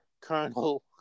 Colonel